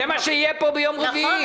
זה מה שיהיה פה ביום רביעי.